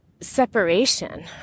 separation